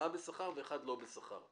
ארבעה בשכר ואחד לא בשכר.